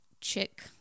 chick